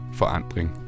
forandring